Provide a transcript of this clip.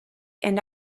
and